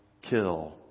kill